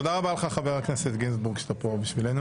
תודה רבה לך, חבר הכנסת גינזבורג שאתה פה בשבילנו.